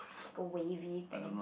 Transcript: like a wavy thing